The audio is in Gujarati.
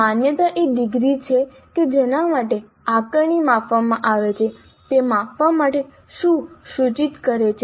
માન્યતા એ ડિગ્રી છે કે જેના માટે આકારણી માપવામાં આવે છે તે માપવા માટે શું સૂચિત કરે છે